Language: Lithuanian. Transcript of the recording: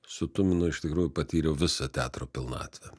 su tuminu iš tikrųjų patyriau visą teatro pilnatvę